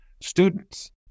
students